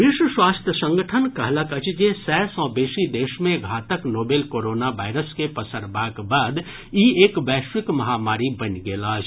विश्व स्वास्थ्य संगठन कहलक अछि जे सय सँ बेसी देश मे घातक नोवेल कोरोना वायरस के पसरबाक बाद ई एक वैश्विक महामारी बनि गेल अछि